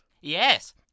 Yes